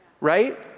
right